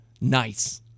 nice